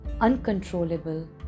uncontrollable